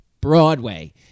Broadway